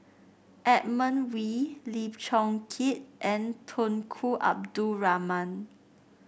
Edmund Wee Lim Chong Keat and Tunku Abdul Rahman